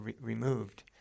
removed